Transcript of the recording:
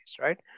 Right